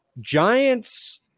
Giants